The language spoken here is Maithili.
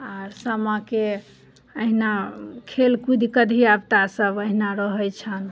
आर सामा के अहिना खेल कूदि कऽ धियापुता सब अहिना रहै छनि